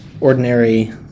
ordinary